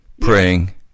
praying